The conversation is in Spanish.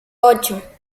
ocho